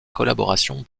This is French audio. collaboration